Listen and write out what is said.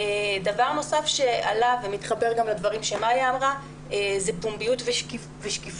דבר נוסף שעלה ומתחבר גם לדברים שאמרה מאיה הוא פומביות ושקיפות.